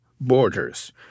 borders